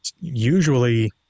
usually